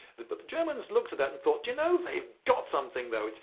the but the germans looked at that and thought, do you know, they've got something though.